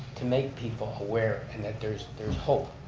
to make people aware and that there's there's hope,